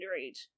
underage